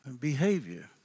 behavior